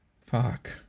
Fuck